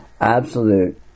absolute